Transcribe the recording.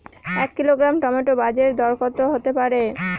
এক kilogram tomato বাজের দরকত হতে পারে?